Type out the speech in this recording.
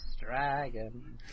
dragon